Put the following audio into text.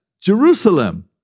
Jerusalem